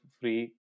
free